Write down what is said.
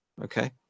Okay